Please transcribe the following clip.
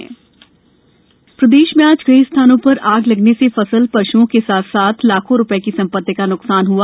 प्रदेश आगजनी प्रदेश में आज कई स्थानों पर आग लगने से फसलपशुओं के साथ साथ लाखों रुपए की संपति का नुकसान हआ